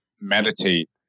meditate